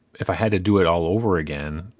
if i had to do it all over again,